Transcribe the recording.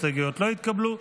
ההסתייגויות לא התקבלו.